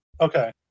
Okay